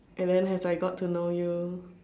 and then as I got to know you